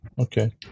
Okay